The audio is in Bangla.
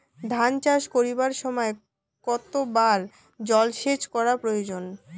ধান চাষ করিবার সময় কতবার জলসেচ করা প্রয়োজন?